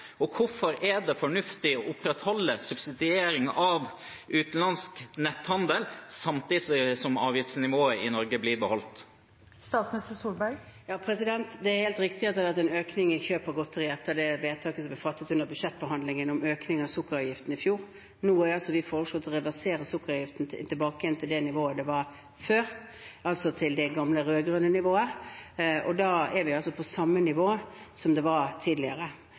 Hvorfor er det fornuftig å opprettholde subsidiering av utenlandsk netthandel samtidig som avgiftsnivået i Norge blir beholdt? Det er helt riktig at det har vært en økning i kjøp av godteri etter det vedtaket om økning av sukkeravgiften som ble fattet under budsjettbehandlingen i fjor. Nå har vi foreslått å reversere sukkeravgiften til det nivået den var på før, altså det gamle rød-grønne nivået, og da er den altså på det samme nivået som den var tidligere.